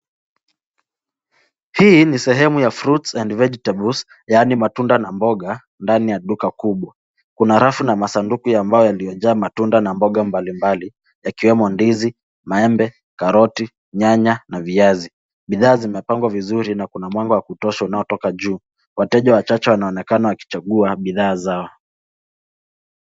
hii ni sehemu ya fruits and vegetables yaani matunda na mboga ndani ya duka kubwa kuna rafu na masanduku ya mbao yaliyojaa matunda na mboga mbalimbali yakiwemo mandizi, maembe, karoti, nyanya na viazi, bidhaa zimepagwa vizuri na kuna mwanga wa kutosha unao toka juu, wanunuzi wanaonekana kukangua bidhaa zao.